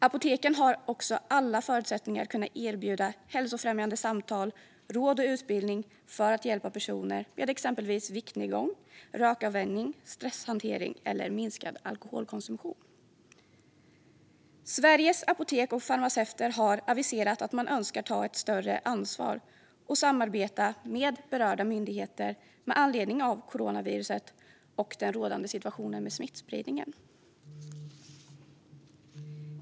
Apoteken har också alla förutsättningar för att kunna erbjuda hälsofrämjande samtal, råd och utbildning för att hjälpa personer med exempelvis viktnedgång, rökavvänjning, stresshantering eller minskad alkoholkonsumtion. Sveriges apotek och farmaceuter har aviserat att man önskar ta ett större ansvar och samarbeta med berörda myndigheter, med anledning av coronaviruset och den rådande situationen med smittspridningen.